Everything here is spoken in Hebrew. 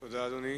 תודה, אדוני.